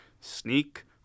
sneak